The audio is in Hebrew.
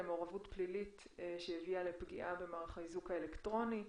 למעורבות פלילית שהביאה לפגיעה במערך האיזוק האלקטרוני.